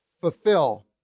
Fulfill